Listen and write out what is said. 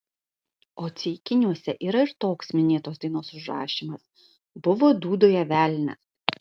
o ceikiniuose yra ir toks minėtos dainos užrašymas buvo dūdoje velnias